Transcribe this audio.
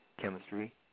chemistry